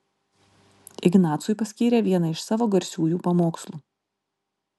ignacui paskyrė vieną iš savo garsiųjų pamokslų